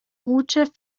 route